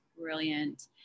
brilliant